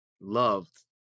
loved